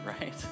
right